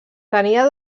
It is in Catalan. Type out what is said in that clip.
tenia